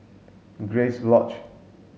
Grace Lodge